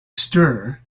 stir